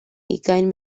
ugain